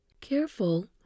careful